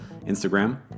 Instagram